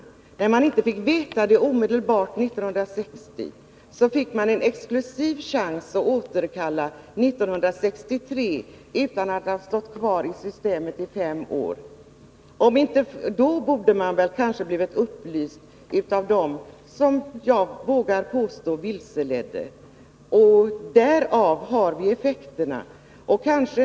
Men om de nu inte fick vetskap om dem omedelbart, så hade de ju en exklusiv chans att återkalla sin begäran om undantagande 1963, trots att undantagandet inte hade gällt i fem år. Om det borde de, som jag vågar påstå vilseledde dem från början, ha kunnat ge upplysning. Häri ligger orsaken till att vi fått dessa effekter.